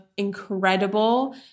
incredible